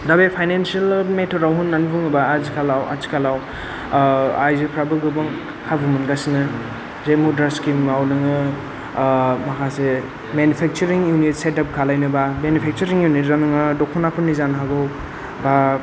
दा बे फायनेन्सियेल मेथडआव होननानै बुङोब्ला आथिखालाव आथिखालाव आइजोफोराबो गोबां खाबु मोनगासिनो बे मुद्रा स्किमाव नोङो माखासे मेनुफेक्चारिं इउनिट सेटाप खालामनोब्ला मेनुफेक्चोरिं इउनिटआव नोङो दखनाफोरनि जानो हागौ बा